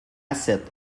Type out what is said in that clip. cette